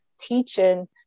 teaching